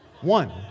One